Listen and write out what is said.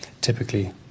typically